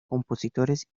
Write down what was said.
compositores